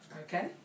Okay